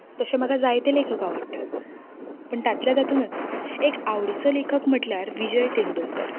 तशें म्हाका जायते लेखक आवडटात पूण तांतले तातूंतच एक आवडीचो लेखक म्हणल्यार विजय तेंडुळकर